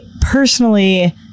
personally